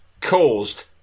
caused